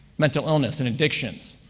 mental illness and addictions,